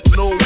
no